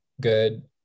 good